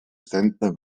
center